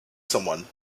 someone